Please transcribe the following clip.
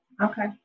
Okay